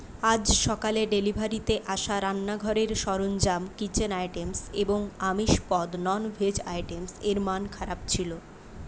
আজ সকালে ডেলিভারিতে আসা রান্নাঘরের সরঞ্জাম এবং আমিষ পদের মান খারাপ ছিল